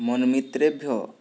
मन्मित्रेभ्यः